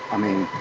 i mean,